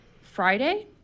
Friday